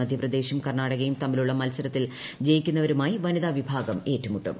മധ്യപ്രദേശും കർണാടകയും തമ്മിലുള്ള മത്സരത്തിൽ ജയിക്കുന്നവരുമായി വനിതാവിഭാഗം ഏറ്റുമുട്ടും